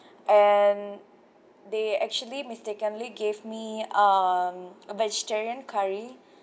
and they actually mistakenly gave me um vegetarian curry